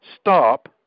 stop